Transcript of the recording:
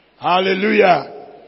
Hallelujah